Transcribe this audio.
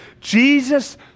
Jesus